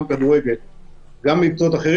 לבדוק רק אותם ואת כל השאר לשחרר.